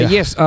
Yes